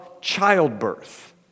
childbirth